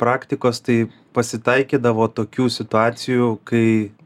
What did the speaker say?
praktikos tai pasitaikydavo tokių situacijų kai